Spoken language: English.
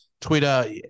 Twitter